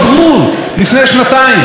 ביוני 2016,